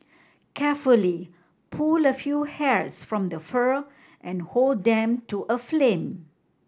carefully pull a few hairs from the fur and hold them to a flame